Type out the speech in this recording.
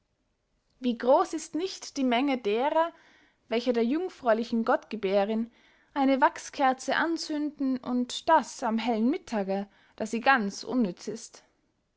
wie groß ist nicht die menge derer welche der jungfräulichen gottgebährerinn eine wachskerze anzünden und das am hellen mittage da sie ganz unnütz ist